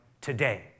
today